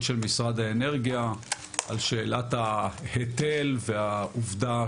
של משרד האנרגיה על שאלת ההיטל והעובדה,